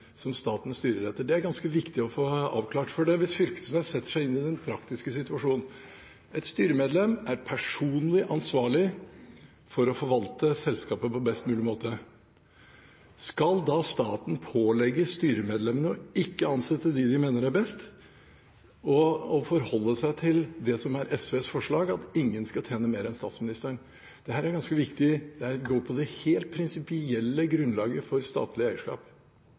som staten styrer etter? Det er ganske viktig å få avklart. Knag Fylkesnes kan sette seg inn i den praktiske situasjonen: Et styremedlem er personlig ansvarlig for å forvalte selskapet på best mulig måte. Skal da staten pålegge styremedlemmene å ikke ansette dem de mener er best, og forholde seg til det som er SVs forslag, at ingen skal tjene mer enn statsministeren? Dette er ganske viktig, det går på det helt prinsipielle grunnlaget for statlig eierskap.